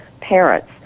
parents